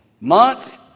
months